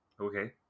Okay